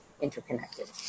interconnected